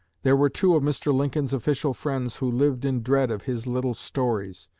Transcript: there were two of mr. lincoln's official friends who lived in dread of his little stories.